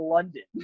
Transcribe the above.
London